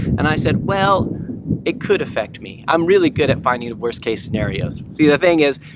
and i said, well it could affect me. i'm really good at finding the worst-case scenarios. see, the thing is,